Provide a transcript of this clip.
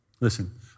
Listen